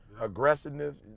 aggressiveness